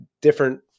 different